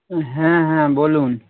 হ্যাঁ হ্যাঁ বলুন